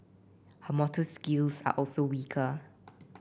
her motor skills are also weaker